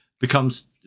becomes